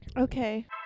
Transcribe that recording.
Okay